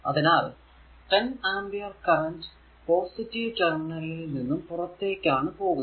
അതിനാൽ 10 ampere current positive terminal നിന്നും പുറത്തേക്കാണ് പോകുന്നത്